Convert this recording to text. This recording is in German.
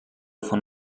von